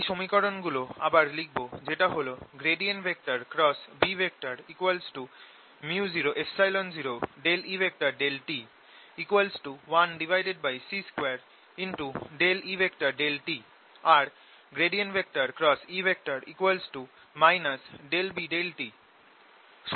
এই সমীকরণ গুলো আবার লিখব যেটা হল B µ00E∂t 1C2E∂t আর E B∂t